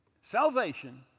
Salvation